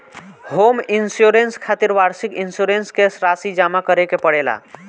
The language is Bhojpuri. होम इंश्योरेंस खातिर वार्षिक इंश्योरेंस के राशि जामा करे के पड़ेला